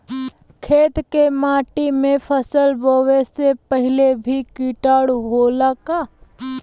खेत के माटी मे फसल बोवे से पहिले भी किटाणु होला का?